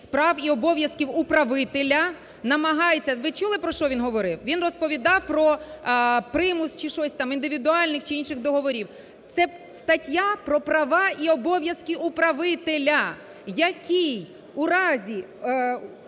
прав і обов'язків управителя намагається, ви чули, про що він говорив? Він розповідав про примус чи щось там, індивідуальних чи інших договорів. Це стаття про права і обов'язки управителя, який, у разі,